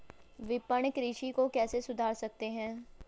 विपणन कृषि को कैसे सुधार सकते हैं?